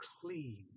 clean